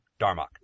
Darmok